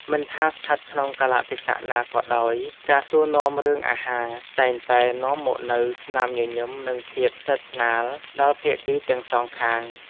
មិនថាស្ថិតក្នុងកាលៈទេសៈណាក៏ដោយការសួរនាំរឿងអាហារតែងតែនាំមកនូវស្នាមញញឹមនិងភាពស្និទ្ធស្នាលដល់ភាគីទាំងសងខាង។